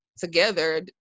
together